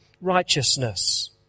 Righteousness